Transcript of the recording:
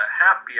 happy